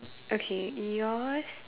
okay yours